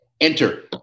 enter